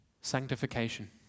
sanctification